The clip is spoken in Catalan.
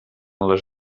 les